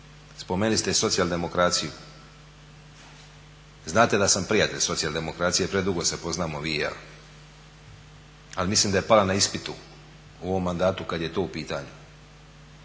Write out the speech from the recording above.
Spomenuli ste i socijaldemokraciju, znate da sam prijatelj socijaldemokracije, predugo se poznamo vi i ja, ali mislim da je pala na ispitu u ovom mandatu kada je to u pitanju.